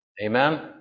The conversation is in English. Amen